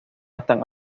están